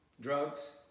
drugs